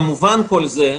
כמובן כל זה,